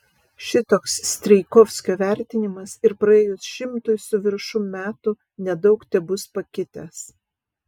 šitoks strijkovskio vertinimas ir praėjus šimtui su viršum metų nedaug tebus pakitęs